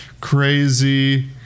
Crazy